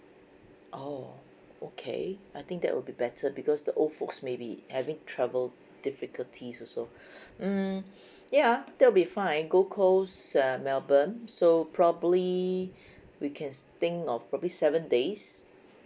orh okay I think that would be better because the old folks maybe having trouble difficulties also mm ya that'll be fine gold coast uh melbourne so probably we can think of probably seven days